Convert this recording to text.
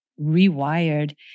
rewired